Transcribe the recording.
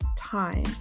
time